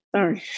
Sorry